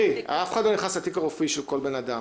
אף אחד לא נכנס לתיק הרפואי של כל בן אדם,